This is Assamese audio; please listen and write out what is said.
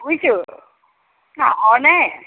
বুজিছোঁ হয়নে